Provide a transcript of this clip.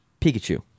Pikachu